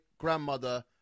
grandmother